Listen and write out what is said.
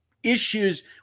issues